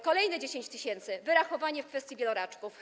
Kolejne 10 tys. za wyrachowanie w kwestii wieloraczków.